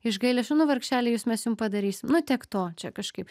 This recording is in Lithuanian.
iš gailesčio nu vargšeliai jūs mes jum padarysim nu tiek to čia kažkaip